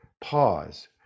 pause